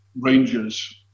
Rangers